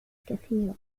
كثيرة